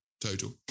total